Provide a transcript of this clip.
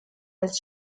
als